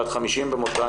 בת 50 במותה,